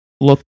look